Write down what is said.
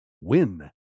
Win